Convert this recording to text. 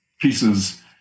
pieces